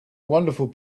wonderful